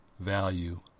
value